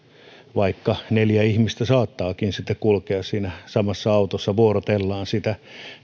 vaikka neljä ihmistä saattaakin sitten kulkea siinä samassa autossa ja vuorotellaan sitä